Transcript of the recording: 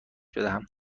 بدهم